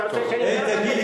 אתה רוצה שאני אמנה?